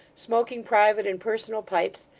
smoking private and personal pipes,